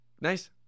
Nice